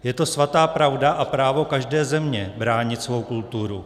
Je to svatá pravda a právo každé země bránit svou kulturu.